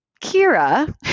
Kira